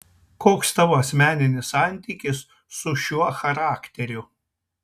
koks tavo asmeninis santykis su šiuo charakteriu